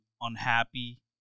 unhappy